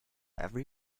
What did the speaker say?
every